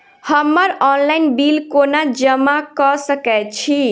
हम्मर online bill कोना जमा कऽ सकय छी?